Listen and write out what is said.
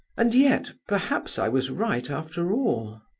and yet, perhaps i was right after all.